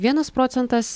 vienas procentas